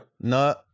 No